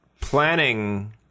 planning